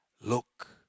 Look